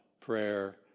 prayer